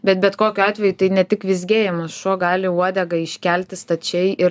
bet bet kokiu atveju tai ne tik vizgėjimas šuo gali uodegą iškelti stačiai ir